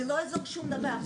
זה לא יעזור שום דבר.